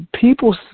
people